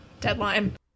deadline